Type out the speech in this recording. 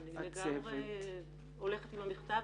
אני לגמרי הולכת עם המכתב.